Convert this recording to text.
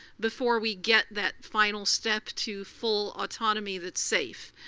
before we get that final step to full autonomy that's safe.